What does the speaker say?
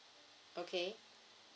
okay